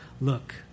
look